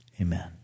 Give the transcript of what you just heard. amen